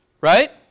right